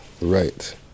right